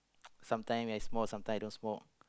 sometimes ya I smoke sometimes I don't smoke